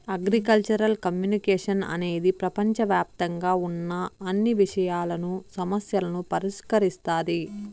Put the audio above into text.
agricultural communication అనేది ప్రపంచవ్యాప్తంగా ఉన్న అన్ని విషయాలను, సమస్యలను పరిష్కరిస్తాది